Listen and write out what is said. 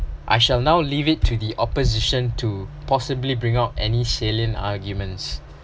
I shall now leave it to the opposition to possibly bring up any salient arguments